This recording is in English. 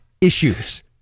issues